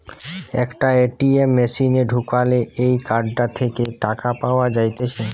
একটা এ.টি.এম মেশিনে ঢুকালে এই কার্ডটা থেকে টাকা পাওয়া যাইতেছে